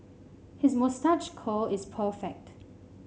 his moustache curl is perfect